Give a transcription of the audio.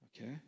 Okay